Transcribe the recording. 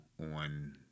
on